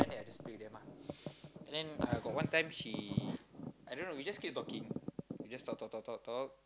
then after that I just play with them ah and then uh got one time she I don't know we just keep talking we just talk talk talk talk talk